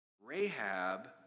Rahab